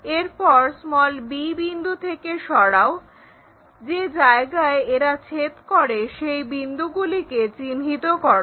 এরপর b বিন্দু থেকে সরাও যে জায়গায় এরা ছেদ করে সেই বিন্দুগুলিকে চিহ্নিত করো